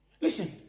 Listen